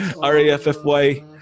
R-A-F-F-Y